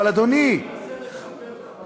תנסה לשפר את המחמאות.